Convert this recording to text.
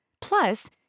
Plus